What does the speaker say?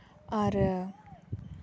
ᱟᱨ